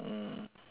mm mm